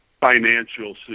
financial